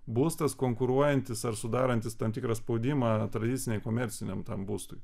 būstas konkuruojantis ar sudarantis tam tikrą spaudimą tradicinei komerciniam būstui